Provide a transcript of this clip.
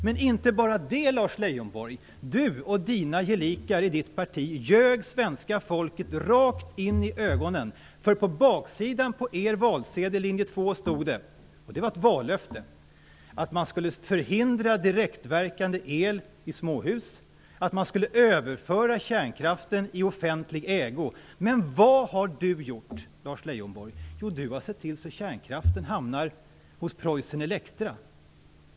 Men inte bara det! Lars Leijonborg och hans gelikar i partiet ljög svenska folket rakt in i ögonen, för på baksidan av er och Linje 2:s valsedel stod det - och det var ett vallöfte - att man skulle förhindra direktverkande el i småhus och att man skulle överföra kärnkraften i offentlig ägo. Men vad har Lars Leijonborg gjort? Han har sett till så att kärnkraften hamnar hos Preussen Elektra.